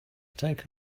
take